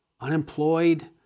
unemployed